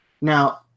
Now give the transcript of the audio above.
Now